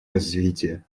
развитие